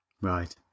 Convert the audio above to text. Right